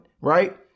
right